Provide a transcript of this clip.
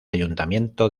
ayuntamiento